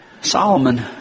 Solomon